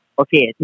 okay